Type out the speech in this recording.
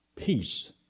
peace